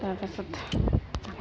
তাৰপাছত